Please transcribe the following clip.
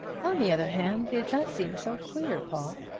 on the other hand, it does seem so queer, paul!